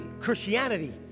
Christianity